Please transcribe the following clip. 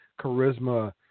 charisma